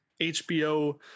HBO